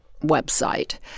website